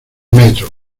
metros